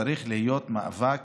צריך להיות מאבק